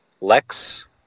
Lex